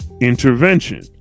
intervention